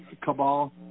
cabal